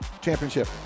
Championship